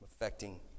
affecting